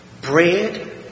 bread